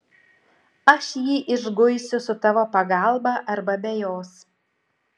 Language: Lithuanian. aš jį išguisiu su tavo pagalba arba be jos